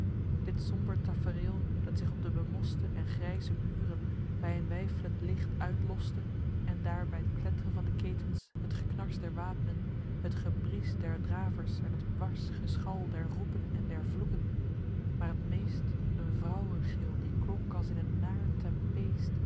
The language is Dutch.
dit somber tafereel dat zich op de bemoschte en gryze muren by een weiflend licht uitloste en daer by t klettren van de ketens het geknars der waepnen het gebriesch der dravers en het warsch geschal der roepen en der vloeken maer het meest een vrouwengil die klonk als in een naer